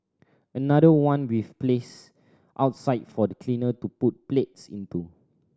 another one we've placed outside for the cleaner to put plates into